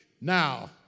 now